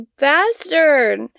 bastard